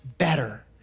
better